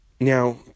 Now